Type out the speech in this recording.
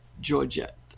Georgette